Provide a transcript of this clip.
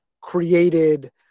created